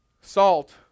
salt